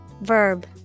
Verb